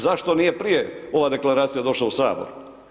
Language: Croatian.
Zašto nije prije ova deklaracija došla u Sabor?